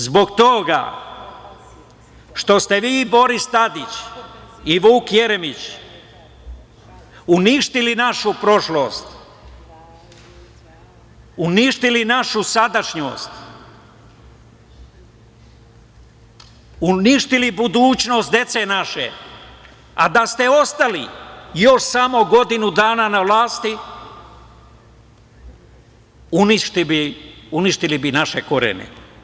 Zbog toga što ste vi i Boris Tadić, Vuk Jeremić uništili našu prošlost, uništili našu sadašnjost, uništili budućnost naše dece, a da ste ostali još samo godinu dana na vlasti uništili bi i naše korene.